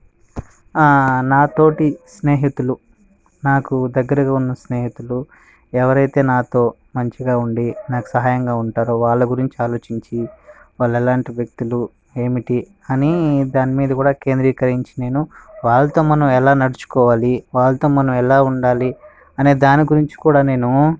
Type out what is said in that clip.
నా తోటి స్నేహితులు నాకు దగ్గరగా ఉన్న స్నేహితులు ఎవరైతే నాతో మంచిగా ఉండి నాకు సహాయంగా ఉంటారో వాళ్ళ గురించి ఆలోచించి వాళ్ళు ఎలాంటి వ్యక్తులు ఏమిటి అనే దాని మీద కూడా కేంద్రీకరించి నేను వాళ్ళతో మనం ఎలా నడుచుకోవాలి వాళ్ళతో మనం ఎలా ఉండాలి అనే దాని గురించి కూడా నేను